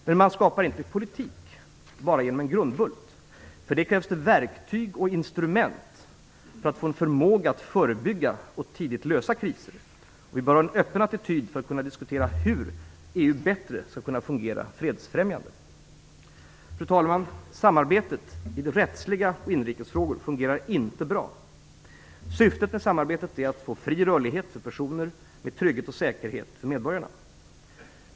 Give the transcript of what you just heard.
Men man skapar inte politik bara genom en grundbult. För det krävs det verktyg och instrument för att få förmåga att förebygga och tidigt lösa kriser. Vi bör ha en öppen attityd för att kunna diskutera hur EU bättre skall kunna fungera fredsfrämjande. Fru talman! Samarbetet i rättsliga och inrikes frågor fungerar inte bra. Syftet med samarbetet är att få fri rörlighet för personer och trygghet och säkerhet för medborgarna.